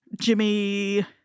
Jimmy